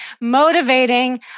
motivating